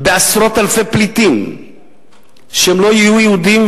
בעשרות אלפי פליטים שהם לא יהודים,